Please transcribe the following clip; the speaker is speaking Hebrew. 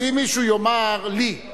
אז אם מישהו יאמר לי,